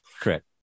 Correct